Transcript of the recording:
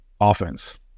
offense